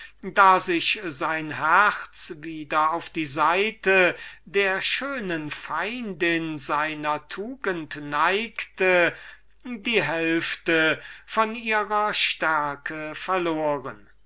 da sich sein herz wieder auf die seite der schönen feindin seiner tugend neigte die hälfte von ihrer stärke verloren